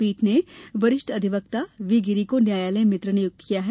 पीठ ने वरिष्ठ अधिवक्ता वी गिरी को न्यायालय मित्र नियुक्त किया है